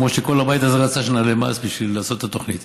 למרות שכל הבית הזה רצה שנעלה מס בשביל לעשות את התוכנית.